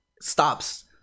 stops